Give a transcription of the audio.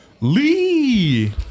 Lee